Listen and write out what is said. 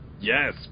Yes